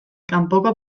kanpoko